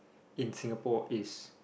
in Singapore is